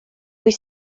wyt